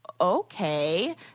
okay